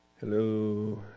Hello